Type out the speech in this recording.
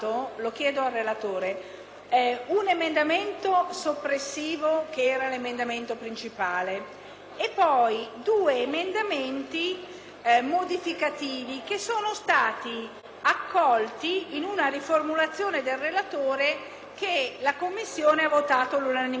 e poi due emendamenti modificativi che sono stati accolti in una riformulazione del relatore che la Commissione ha votato all'unanimità: si tratta dell'emendamento 5.41.